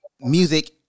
music